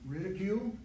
Ridicule